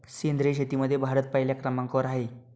सेंद्रिय शेतीमध्ये भारत पहिल्या क्रमांकावर आहे